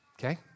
Okay